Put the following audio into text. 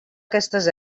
aquestes